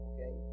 Okay